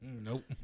Nope